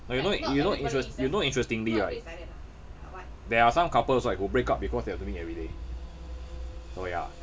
no you know you know interes~ you know interestingly right there are some couples right who break up because they are zooming everyday so ya